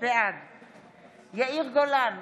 בעד יאיר גולן,